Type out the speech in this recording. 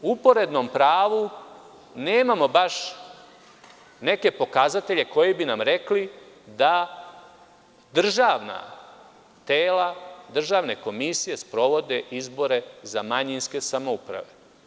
U uporednom pravu nemamo baš neke pokazatelje koji bi nam rekli da državna tela državne komisije sprovode izbore za manjinske samouprave.